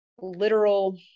literal